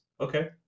Okay